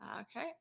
Okay